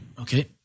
Okay